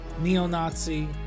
neo-Nazi